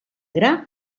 gra